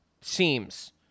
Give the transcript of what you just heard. seems